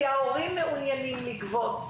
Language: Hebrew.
כי ההורים מעוניינים לגבות,